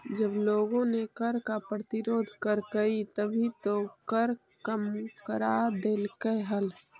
जब लोगों ने कर का प्रतिरोध करकई तभी तो कर कम करा देलकइ हल